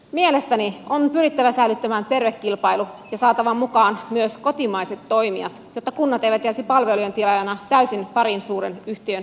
mielestäni on pyrittävä säilyttämään terve kilpailu ja saatava mukaan myös kotimaiset toimijat jotta kunnat eivät jäisi palvelujen tilaajina täysin parin suuren yhtiön talutusnuoraan